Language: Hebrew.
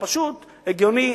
זה פשוט הגיוני,